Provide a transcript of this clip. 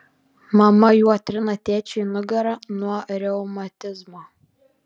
mama juo trina tėčiui nugarą nuo reumatizmo